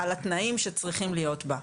על התנאים שצריכים להיות בה,